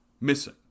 missing